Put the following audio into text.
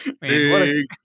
Big